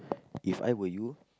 If I were you